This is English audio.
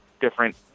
different